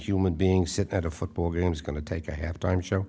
human being said at a football game is going to take a half time show